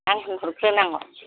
आं होनहरग्रोनांगौ